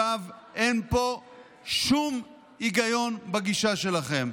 אין פה שום היגיון בגישה שלכם.